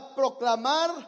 proclamar